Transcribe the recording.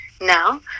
Now